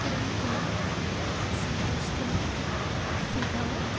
Kiran Kumar Santosh Kumar Siddharth